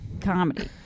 comedy